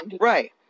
Right